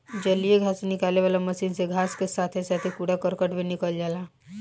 जलीय घास निकाले वाला मशीन से घास के साथे साथे कूड़ा करकट भी निकल जाला